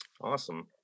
Awesome